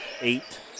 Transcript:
eight